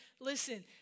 listen